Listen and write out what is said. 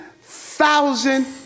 thousand